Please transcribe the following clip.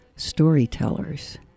Storytellers